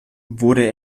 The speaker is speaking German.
wurde